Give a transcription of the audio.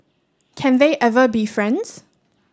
can they ever be friends